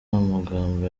amagambo